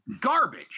garbage